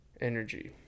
Energy